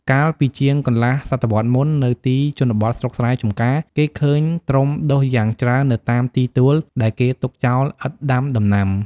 កាលពីជាងកន្លះសតវត្សមុន នៅទីជនបទស្រុកស្រែចម្ការ គេឃើញត្រុំដុះយ៉ាងច្រើននៅតាមទីទួល ដែលគេទុកចោលឥតដាំដំណាំ។